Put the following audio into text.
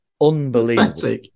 Unbelievable